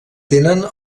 tenen